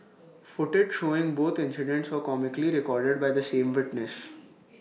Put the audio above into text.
footage showing both incidents were comically recorded by the same witness